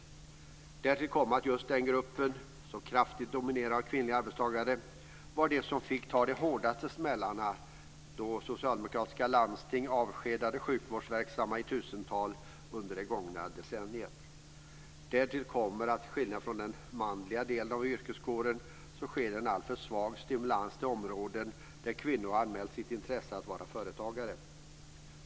Därtill kommer att just den grupp som kraftigt dominerar här - kvinnliga arbetstagare - var den som fick ta de hårdaste smällarna då socialdemokratiska landsting avskedade sjukvårdsverksamma i tusental under det gångna decenniet. Därtill kommer att till skillnad från när det gäller den manliga delen av yrkeskåren sker en alltför svag stimulans till områden där kvinnor har anmält sitt intresse av att vara företagare.